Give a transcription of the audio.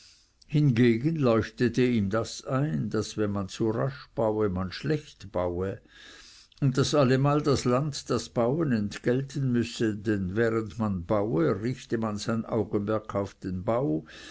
hingegen leuchtete ihm das ein daß wenn man zu rasch baue man schlecht baue und daß allemal das land das bauen entgelten müsse denn während man baue richte man sein augenmerk auf den bau